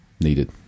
needed